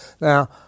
Now